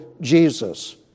Jesus